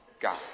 God